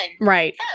Right